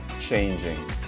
changing